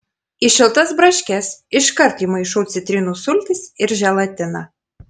į šiltas braškes iškart įmaišau citrinų sultis ir želatiną